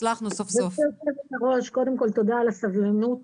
כבוד יושבת הראש, קודם כל תודה על הסבלנות.